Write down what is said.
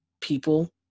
people